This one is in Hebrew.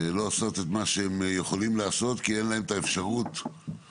לא עושות את מה שהן יכולות לעשות כי אין להן את האפשרות להשלים,